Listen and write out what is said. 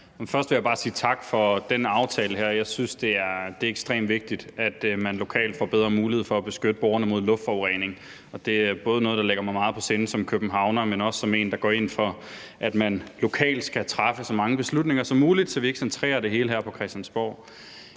Først vil jeg bare sige tak for den her aftale. Jeg synes, det er ekstremt vigtigt, at man lokalt får bedre mulighed for at beskytte borgerne mod luftforurening. Det er noget, der ligger mig meget på sinde både som københavner, men også som en, der går ind for, at man lokalt skal træffe så mange beslutninger som muligt, så vi ikke centrerer det hele her på Christiansborg.